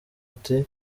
uti